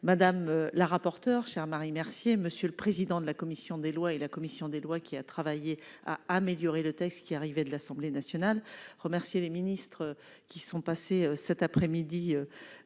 madame la rapporteure chers Marie Mercier monsieur le président de la commission des lois et la commission des lois, qui a travaillé à améliorer le texte, qui arrivait de l'Assemblée nationale, remercié les ministres qui sont passés cet après-midi,